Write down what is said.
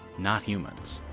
not humans.